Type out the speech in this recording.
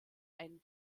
einen